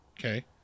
okay